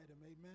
amen